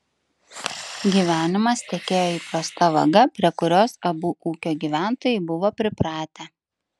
gyvenimas tekėjo įprasta vaga prie kurios abu ūkio gyventojai buvo pripratę